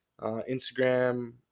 Instagram